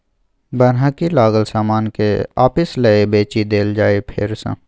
बन्हकी लागल समान केँ आपिस लए बेचि देल जाइ फेर सँ